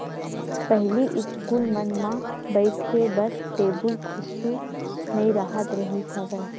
पहिली इस्कूल मन म बइठे बर टेबुल कुरसी नइ राहत रिहिस हवय